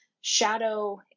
shadow